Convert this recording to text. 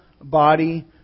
body